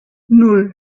nan